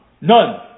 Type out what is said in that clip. None